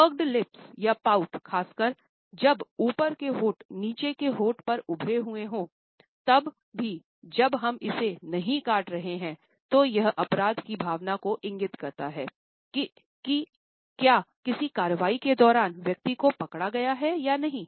puckered lips खासकर जब ऊपर के होंठ नीचे के होंठ पर उभरे हुए हों तब भी जब हम इसे नहीं काट रहे हैं तो यह अपराध की भावना को इंगित करता है कि क्या किसी कार्रवाई के दौरान व्यक्ति को पकड़ा गया है या नहीं